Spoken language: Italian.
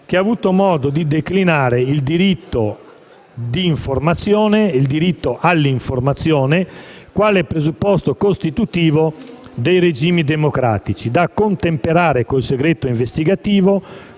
il diritto di informazione e il diritto all'informazione quale presupposto costitutivo dei regimi democratici, da contemperare con il segreto investigativo,